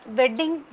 wedding